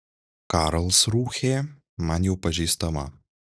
karlsrūhė man jau pažįstama